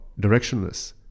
directionless